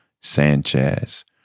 Sanchez